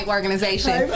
Organization